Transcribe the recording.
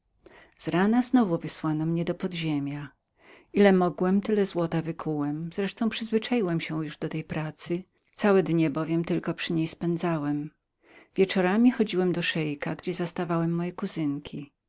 z rana znowu wysłano mnie do podziemia ile mogłem tyle złota wykułem wreszcie przyzwyczaiłem się już do tej pracy całe dnie bowiem przy niej tylko spędzałem wieczorami chodziłem do szeika gdzie zastawałem moje